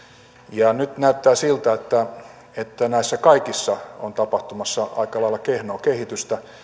ja nyt näyttää siltä että että näissä kaikissa on tapahtumassa aika lailla kehnoa kehitystä